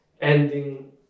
ending